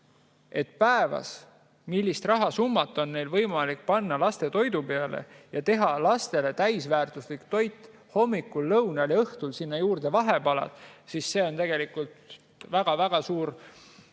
seda, millist rahasummat on neil võimalik panna laste toidu peale, et teha lastele täisväärtuslik toit hommikul, lõunal ja õhtul, sinna juurde vahepalad. See on tegelikult väga-väga suur